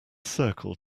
circle